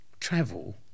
travel